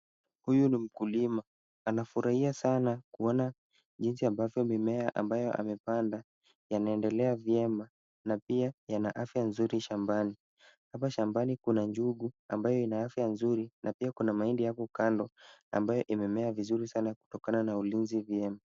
Huyu ni mkulima. Anafurahia sana kuona jinsi ambavyo mimea amepanda yanaendelea vyema na pia yana afya mzuri shambani. Hapa shambani kuna njugu ambayo ina afya nzuri shambani na pia kuna mahindi hapo kando ambayo yamemea vizuri kutokana na ulinzi vyema.